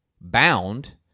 bound